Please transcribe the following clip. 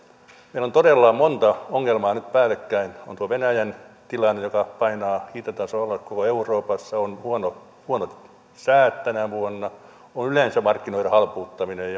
meillä on todella monta ongelmaa nyt päällekkäin on tuo venäjän tilanne joka painaa hintatasoa alas koko euroopassa on huonot huonot säät tänä vuonna on yleensä markkinoiden halpuuttaminen